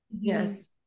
Yes